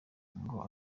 ngo